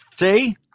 See